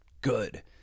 good